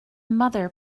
mother